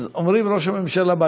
אז אומרים: ראש הממשלה בא,